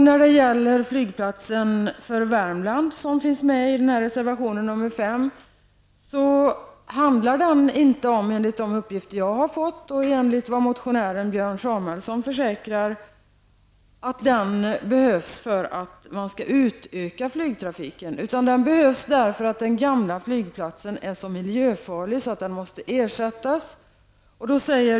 När det gäller flygplatsen för Värmland som finns med i reservation 5 handlar det -- enligt de uppgifter jag har fått och enligt vad motionären Björn Samuelsson försäkrar -- inte om att den behövs för att man skall utöka flygtrafiken. Den behövs därför att den gamla flygplatsen är så miljöfarlig att den måste ersättas.